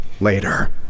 later